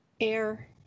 air